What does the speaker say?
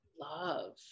love